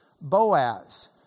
Boaz